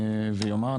ויאמר,